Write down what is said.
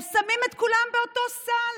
הם שמים את כולן באותו סל.